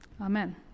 Amen